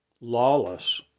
Lawless